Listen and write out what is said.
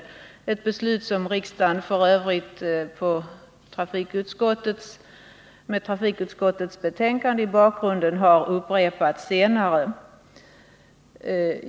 Det är f. ö. ett beslut som riksdagen senare, med trafikutskottets betänkande som grund, har upprepat.